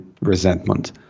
resentment